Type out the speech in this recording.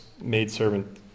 maidservant